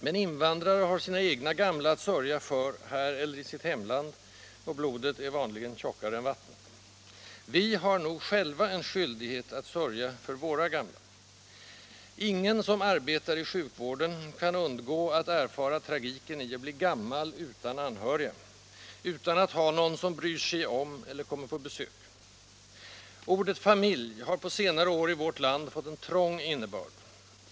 Men invandrare har sina egna gamla att sörja för, här eller i sitt hemland, och blodet är vanligen tjockare än vattnet. Vi har nog själva en skyldighet att sörja för våra gamla. Ingen som arbetar inom sjukvården kan undgå att erfara tragiken i att bli gammal utan anhöriga, utan att ha någon som ”bryr sig om” eller kommer på besök. Ordet ”familj” har på senare år fått en trång innebörd i vårt land.